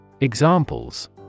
Examples